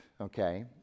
okay